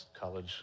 college